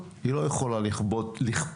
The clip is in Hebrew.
היא לא יכולה לכפות